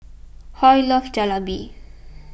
Hoy loves Jalebi